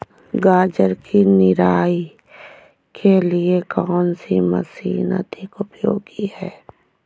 गाजर की निराई के लिए कौन सी मशीन अधिक उपयोगी है?